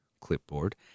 clipboard